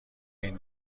این